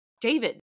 David